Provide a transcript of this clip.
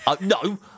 No